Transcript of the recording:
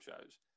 shows